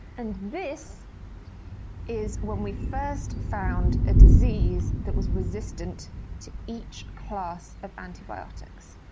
and this is when we first found a disease that was resistant to each class of antibiotics.